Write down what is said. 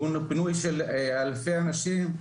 פינוי של אלפי אנשים.